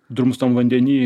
drumstam vandeny